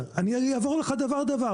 אני אעבור איתך דבר-דבר.